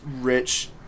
rich